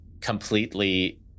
completely